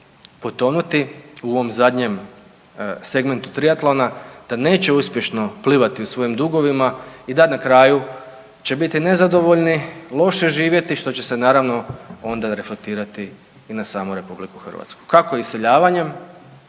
potonuti u ovom zadnjem segmentu trijatlona da neće uspješno plivati u svojim dugovima i da na kraju će biti nezadovoljni, loše živjeti što će se naravno onda reflektirati i na samu Republiku Hrvatsku kako iseljavanjem